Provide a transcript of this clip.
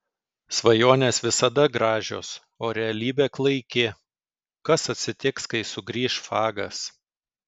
svajonės visada gražios o realybė klaiki kas atsitiks kai sugrįš fagas